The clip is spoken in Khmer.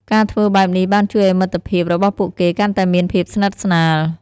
ការធ្វើបែបនេះបានជួយឲ្យមិត្តភាពរបស់ពួកគេកាន់តែមានភាពស្និទ្ធស្នាល។